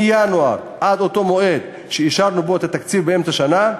מינואר עד אותו מועד שאישרנו בו את התקציב באמצע השנה,